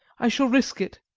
i shall risk it.